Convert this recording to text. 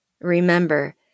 Remember